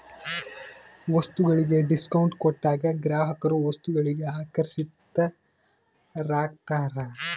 ವಸ್ತುಗಳಿಗೆ ಡಿಸ್ಕೌಂಟ್ ಕೊಟ್ಟಾಗ ಗ್ರಾಹಕರು ವಸ್ತುಗಳಿಗೆ ಆಕರ್ಷಿತರಾಗ್ತಾರ